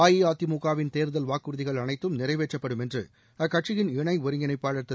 அஇஅதிமுகவின் தேர்தல் வாக்குறுதிகள் அனைத்தும் நிறைவேற்றப்படும் என்று அக்கட்சியின் இணை ஒருங்கிணைப்பாளர் திரு